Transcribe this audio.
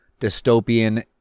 dystopian